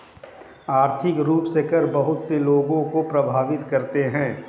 आर्थिक रूप से कर बहुत से लोगों को प्राभावित करते हैं